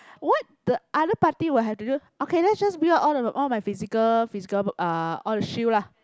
what the other party will have to do okay let's just build up all the all my physical physical uh all the shield lah